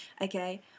okay